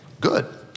good